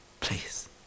please